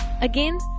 Again